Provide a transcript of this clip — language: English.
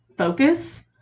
focus